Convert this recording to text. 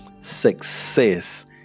success